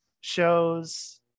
shows